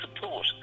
support